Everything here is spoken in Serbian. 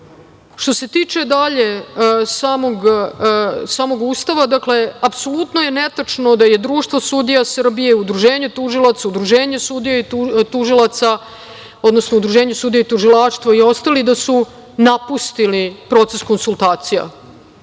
se tiče samog Ustava, dakle, apsolutno je netačno da je Društvo sudija Srbije, Udruženje sudija i tužilaca, odnosno Udruženje sudija i tužilaštvo i ostali napustili proces konsultacija.